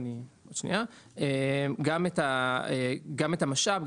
הפקודה מסדירה גם את המשאב,